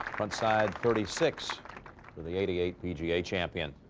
one side. thirty-six with the eighty-eight pga champion.